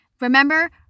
remember